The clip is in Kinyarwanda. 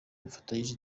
bafatanyije